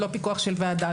לא פיקוח של ועדה.